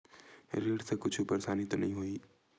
ऋण से कुछु परेशानी तो नहीं होही?